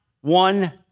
one